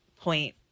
point